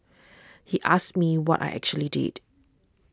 he asked me what I actually did